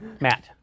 Matt